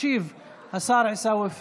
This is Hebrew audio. ישיב השר עיסאווי פריג'.